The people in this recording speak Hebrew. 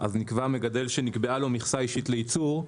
נקבע מגדל שנקבעה לו מכסה אישית לייצור,